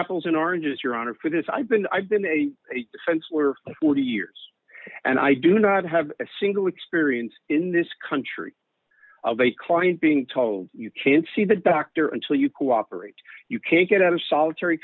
apples and oranges your honor for this i've been i've been a defense were forty years and i do not have a single experience in this country of a client being told you can't see the doctor until you cooperate you can't get out of solitary